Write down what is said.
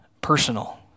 personal